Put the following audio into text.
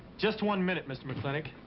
just one minute, mr. mclintock.